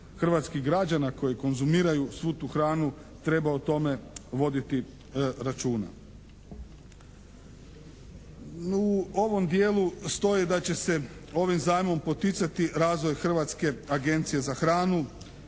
hrvatskih građana koji konzumiraju svu tu hranu treba o tome voditi računa. U ovom dijelu stoji da će se ovim zajmom poticati razvoj Hrvatske agencije za hranu.